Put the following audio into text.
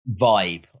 vibe